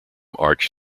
arch